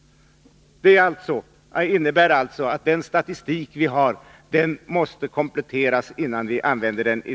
Det innebär således att den statistik vi har på detta område måste kompletteras innan den används.